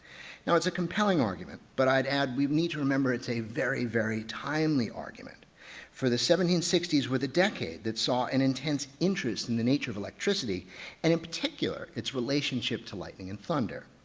now it's a compelling argument but i'd add we need to remember it's a very very timely argument for the seventeen sixty s were the decade that saw an intense interest in the nature of electricity and in particular, its relationship to lightning and thunder.